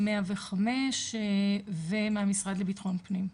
מ- 105 ומהמשרד לביטחון הפנים.